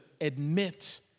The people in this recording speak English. admit